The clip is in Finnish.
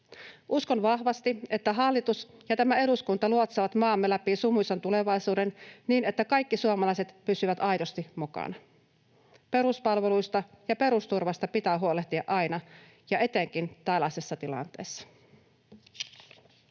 Uskon vahvasti, että hallitus ja tämä eduskunta luotsaavat maamme läpi sumuisen tulevaisuuden niin, että kaikki suomalaiset pysyvät aidosti mukana. Peruspalveluista ja perusturvasta pitää huolehtia aina ja etenkin tällaisessa tilanteessa.